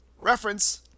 reference